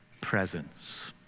presence